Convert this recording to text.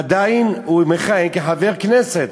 עדיין הוא מכהן כחבר כנסת.